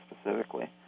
specifically